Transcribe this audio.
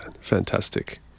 Fantastic